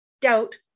Doubt